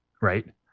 right